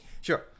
Sure